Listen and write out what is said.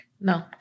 no